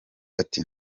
ati